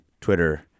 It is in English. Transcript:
Twitter